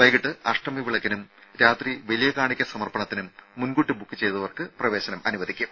വൈകിട്ട് അഷ്ടമി വിളക്കിനും രാത്രി വലിയ കാണിക്ക സമർപ്പണത്തിനും മുൻകൂട്ടി ബുക്ക് ചെയ്തവർക്ക് പ്രവേശനം അനുവദിക്കും